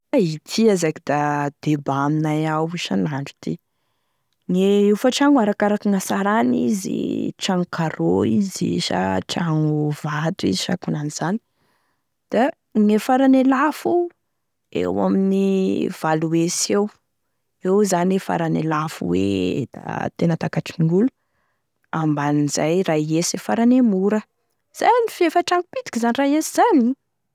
Ity azaky da deba aminay ao avao isan'andro ty, gne hofantrano arakaraky gn'hatsarany izy tragno carreau izy sa tragno vato izy sa akonan'izany da gne farane lafo eo amin'ny valo hesy eo eo zany e tena lafo da tena takatrin'olo ambanin'izay ray hesy e farane mora izay e efa tragno pitiky e ray hesy zany.